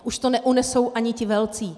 Už to neunesou ani ti velcí.